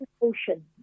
Ocean